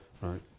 right